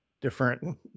different